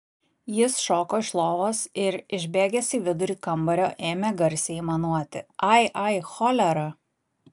jis šoko iš lovos ir išbėgęs į vidurį kambario ėmė garsiai aimanuoti ai ai cholera